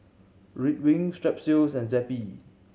Ridwind Strepsils and Zappy